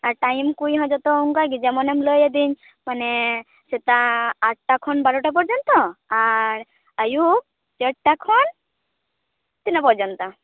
ᱟᱨ time ᱠᱩᱡ ᱦᱚᱸ ᱡᱚᱛᱚ ᱚᱱᱠᱟᱜᱮ ᱡᱮᱢᱚᱱ ᱞᱟᱹᱭᱟᱹᱫᱤᱧ ᱢᱟᱱᱮ ᱥᱮᱛᱟᱜ ᱟᱴᱴᱟ ᱠᱷᱚᱱ ᱵᱟᱨᱚᱴᱟ ᱯᱚᱡᱽᱡᱚᱱᱛᱚ ᱟᱨ ᱟᱭᱩᱵ ᱪᱟᱨᱴᱟ ᱠᱷᱚᱱ ᱛᱤᱱᱟᱹᱜ ᱯᱚᱡᱽᱡᱚᱱᱛᱚ